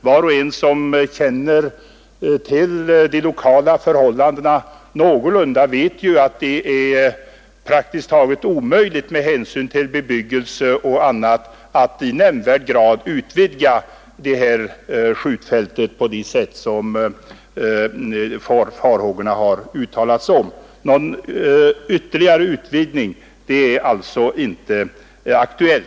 Var och en som någorlunda känner till de lokala förhållandena vet att det med hänsyn till bebyggelse och annat är praktiskt taget omöjligt att i nämnvärd grad utvidga skjutfältet på sätt som det uttalats farhågor för. En ytterligare utvidgning är alltså inte aktuell.